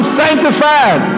sanctified